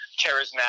charismatic